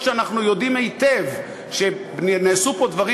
אף שאנחנו יודעים היטב שנעשו פה דברים